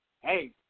hey